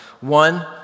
One